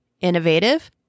innovative